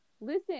Listen